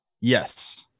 Yes